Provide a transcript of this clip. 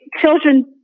children